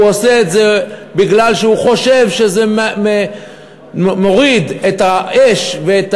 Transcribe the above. הוא עושה את זה בגלל שהוא חושב שזה מוריד את האש ואת